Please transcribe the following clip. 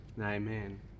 amen